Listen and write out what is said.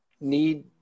need